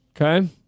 Okay